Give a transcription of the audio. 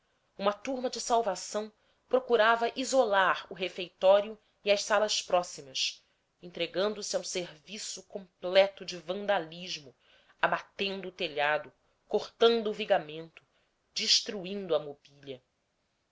uma turma de salvação procurava isolar o refeitório e as salas próximas entregando se a um serviço completo de vandalismo abatendo o telhado cortando o vigamento destruindo a mobília